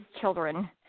children